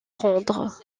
rendre